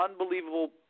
unbelievable